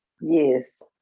Yes